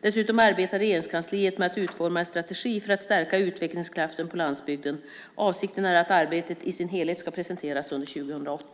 Dessutom arbetar Regeringskansliet med att utforma en strategi för att stärka utvecklingskraften på landsbygden. Avsikten är att arbetet i sin helhet ska presenteras under 2008.